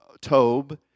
Tob